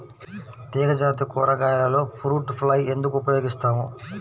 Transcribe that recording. తీగజాతి కూరగాయలలో fruit fly ఎందుకు ఉపయోగిస్తాము?